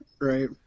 Right